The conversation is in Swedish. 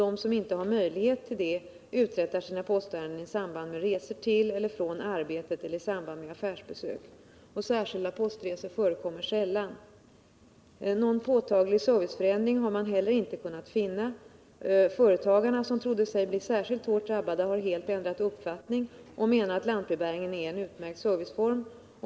De som inte har möjlighet till det uträttar sina postärenden i samband med resor till eller från arbetet eller i samband med affärsbesök. Särskilda postresor förekommer sällan. Någon påtaglig serviceförändring har man heller inte kunnat finna. Företagarna, som trodde sig bli särskilt hårt drabbade, har helt ändrat uppfattning och : menar att lantbrevbäringen är en utmärkt serviceform.